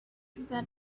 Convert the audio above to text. that